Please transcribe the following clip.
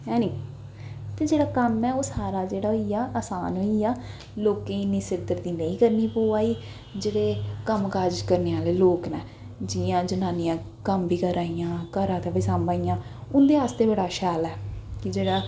है नी ते जेह्ड़ा कम्म ऐ ओह् सारा जेह्ड़ा होई गेआ असान होई गेआ लोकें गी इन्नी सिरदर्दी नेईं करनी पवा दी जेह्ड़े कम्म काज करने आह्ले लोग न जि'यां जनानियां कम्म बी करा दियां घरा दा बी सांभा दियां उं'दे आस्तै बड़ा शैल ऐ कि जेह्ड़ा